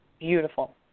Beautiful